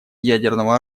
ядерного